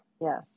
Yes